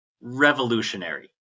revolutionary